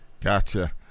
Gotcha